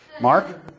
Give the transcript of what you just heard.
Mark